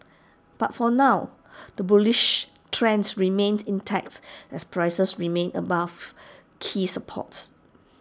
but for now the bullish trend remains intact as prices remain above key supports